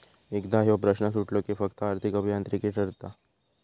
एकदा ह्यो प्रश्न सुटलो कि फक्त आर्थिक अभियांत्रिकी उरता